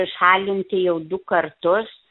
šalinti jau du kartus